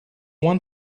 one